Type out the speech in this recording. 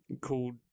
called